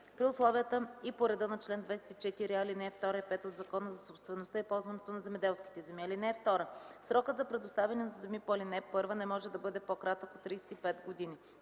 при условията и по реда на чл. 24а, ал. 2 и 5 от Закона за собствеността и ползуването на земеделските земи. (2) Срокът за предоставяне на земи по ал. 1 не може да бъде по-кратък от 35 години.